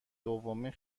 دومین